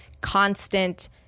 constant